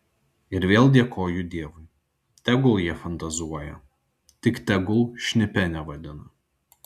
ir vėl dėkoju dievui tegul jie fantazuoja tik tegul šnipe nevadina